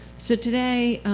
so today,